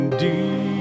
deep